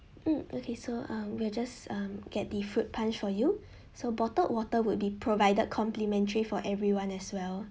mm okay so um we'll just um get the fruit punch for you so bottled water would be provided complimentary for everyone as well